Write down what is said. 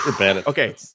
Okay